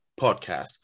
Podcast